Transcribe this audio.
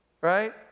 Right